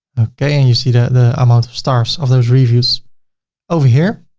okay. and you see that the amount of stars of those reviews over here.